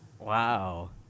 Wow